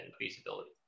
feasibility